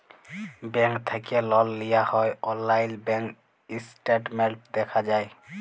bank থ্যাকে লল লিয়া হ্যয় অললাইল ব্যাংক ইসট্যাটমেল্ট দ্যাখা যায়